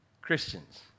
Christians